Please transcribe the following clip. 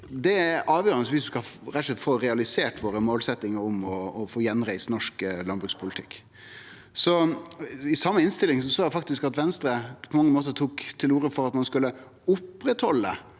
rett og slett skal få realisert våre målsetjingar om å få gjenreist norsk landbrukspolitikk. I same innstilling såg eg faktisk at Venstre på mange måtar tok til orde for at ein skulle oppretthalde